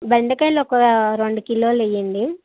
బెండకాయలు ఒక రెండు కిలోలు వేయండి